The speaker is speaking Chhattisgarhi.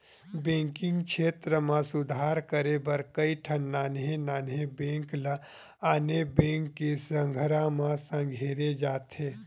बेंकिंग छेत्र म सुधार करे बर कइठन नान्हे नान्हे बेंक ल आने बेंक के संघरा म संघेरे जाथे